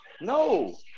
No